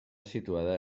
situada